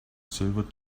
silver